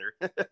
better